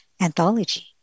anthology